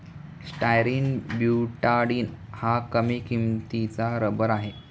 styrene butadiene हा कमी किंमतीचा रबर आहे